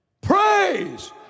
Praise